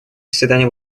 заседание